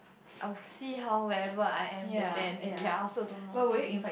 I would see how wherever I am then ya I also don't know